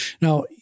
Now